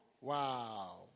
Wow